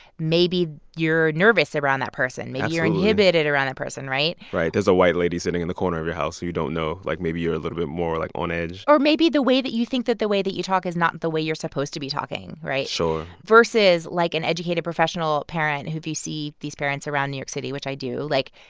maybe you're nervous around that person. absolutely. maybe you're inhibited around that person, right? right. there's a white lady sitting in the corner of your house who you don't know. like, maybe you are a little bit more, like, on edge or maybe the way that you think that the way that you talk is not the way you're supposed to be talking, right? sure versus, like, an educated professional parent who if you see these parents around new york city which i do like,